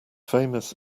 famous